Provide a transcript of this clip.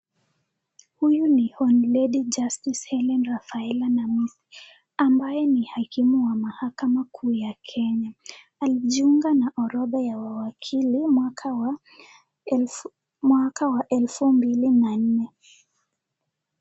Huyu ni hon lady justice Hellen Rafaela Namisi, ambaye ni hakimu wa mahakama kuu ya Kenya. Alijunga na orodha ya wawakili mwaka wa elf mwaka wa elfu mbili na nne.